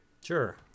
Sure